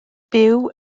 byw